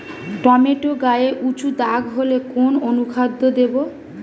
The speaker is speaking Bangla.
টমেটো গায়ে উচু দাগ হলে কোন অনুখাদ্য দেবো?